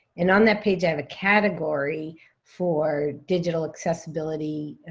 and on that page, i have a category for digital accessibility